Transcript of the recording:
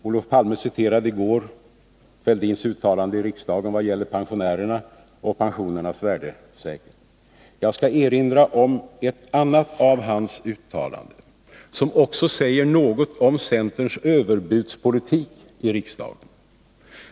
Olof Palme citerade i går Thorbjörn Fälldins uttalande i riksdagen vad gäller pensionärerna och pensionernas värdesäkring. Jag skall erinra om ett annat av Thorbjörn Fälldins uttalanden, som också säger något om centerns överbudspolitik i riksdagen.